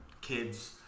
Kids